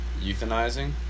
Euthanizing